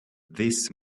this